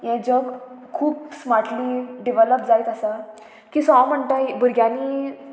हें जग खूब स्मार्टली डिवॅलप जायत आसा की सो हांव म्हणटां भुरग्यांनी